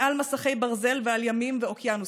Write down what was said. מעל מסכי ברזל ועל ימים ואוקיינוסים,